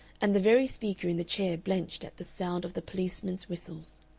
and the very speaker in the chair blenched at the sound of the policemen's whistles.